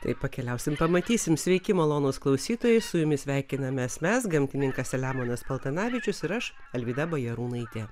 taip pakeliausim pamatysim sveiki malonūs klausytojai su jumis sveikinamės mes gamtininkas selemonas paltanavičius ir aš alvyda bajarūnaitė